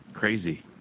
crazy